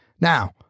Now